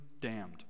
damned